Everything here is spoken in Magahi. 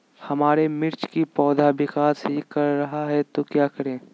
हमारे मिर्च कि पौधा विकास ही कर रहा है तो क्या करे?